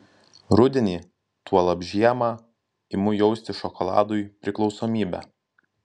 rudenį tuolab žiemą imu jausti šokoladui priklausomybę